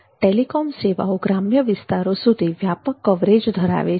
telecom સેવાઓ ગ્રામ્ય વિસ્તારો સુધી વ્યાપક કવરેજ ધરાવે છે